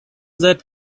that